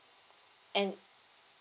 and